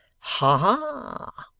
ha!